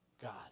God